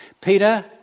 Peter